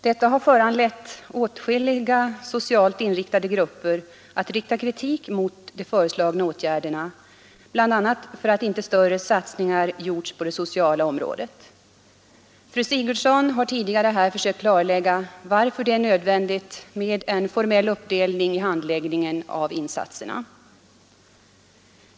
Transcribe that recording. Detta har föranlett åtskilliga socialt verksamma grupper att rikta kritik mot de föreslagna åtgärderna, bl.a. för att inte större ansträngningar gjorts på det sociala området. Fru Sigurdsen har tidigare här försökt klarlägga varför det är nödvändigt med en formell uppdelning i handläggningen av insatserna.